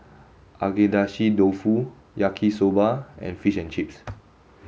Agedashi Dofu Yaki Soba and Fish and Chips